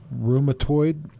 rheumatoid